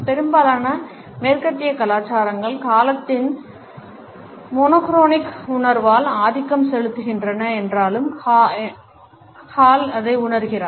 பெரும்பாலான மேற்கத்திய கலாச்சாரங்கள் காலத்தின் ஒற்றை நிற உணர்வால் ஆதிக்கம் செலுத்துகின்றன என்றாலும் ஹால் உணர்கிறார்